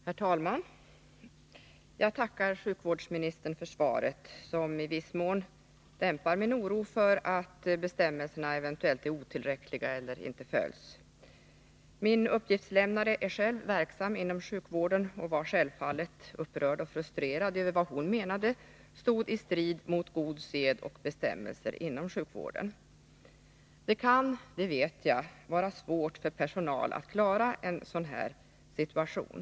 Herr talman! Jag tackar sjukvårdsministern för svaret, som i viss mån dämpar min oro för att bestämmelserna eventuellt är otillräckliga eller inte följs. Min uppgiftslämnare är själv verksam inom sjukvården och var självfallet upprörd och frustrerad över vad hon menade stod i strid mot god sed och bestämmelser inom sjukvården. Det kan — det vet jag — vara svårt för personalen att klara en sådan här situation.